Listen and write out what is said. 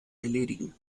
erledigen